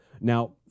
now